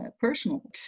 personal